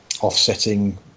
offsetting